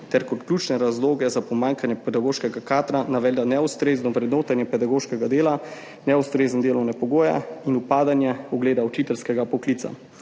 ter kot ključne razloge za pomanjkanje pedagoškega kadra navede neustrezno vrednotenje pedagoškega dela, neustrezne delovne pogoje in upadanje ugleda učiteljskega poklica.